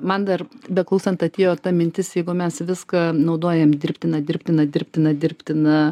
man dar beklausant atėjo ta mintis jeigu mes viską naudojam dirbtina dirbtina dirbtina dirbtina